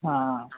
हं